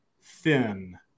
thin